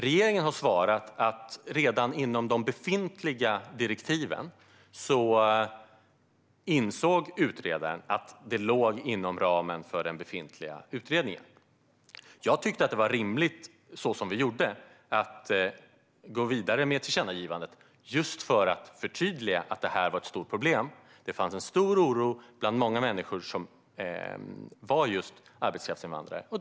Regeringen har svarat att utredaren ansåg att det redan låg inom ramen för den befintliga utredningen. Jag tyckte att det var rimligt, så som vi gjorde, att gå med vidare med ett tillkännagivande just för att förtydliga att det här är ett stort problem. Det fanns en stor oro bland många människor som var just arbetskraftsinvandrare.